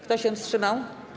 Kto się wstrzymał?